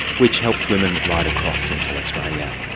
which helps women right across central australia.